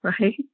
Right